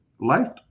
Life